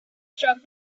struck